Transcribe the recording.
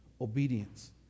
obedience